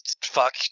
fuck